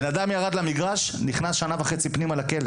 בן אדם ירד למגרש, נכנס לשנה וחצי לכלא.